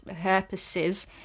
purposes